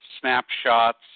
snapshots